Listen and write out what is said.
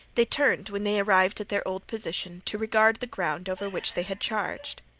they turned when they arrived at their old position to regard the ground over which they had charged.